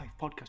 podcast